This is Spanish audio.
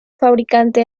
fabricante